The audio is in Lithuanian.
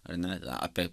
ar ne apie